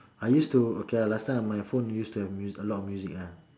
I used to okay lah last time my phone used to have a lot of music ah